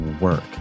work